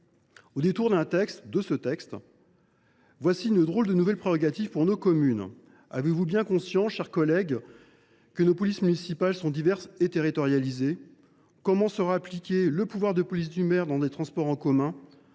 au détour d’un texte, voilà une drôle de prérogative nouvelle pour nos communes ! Avez vous bien conscience, mes chers collègues, que nos polices municipales sont diverses et territorialisées ? Comment sera appliqué le pouvoir de police du maire dans les transports en commun ?